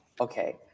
Okay